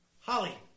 Holly